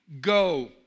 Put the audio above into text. go